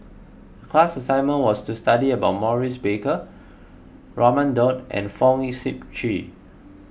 class assignment was to study about Maurice Baker Raman Daud and Fong Sip Chee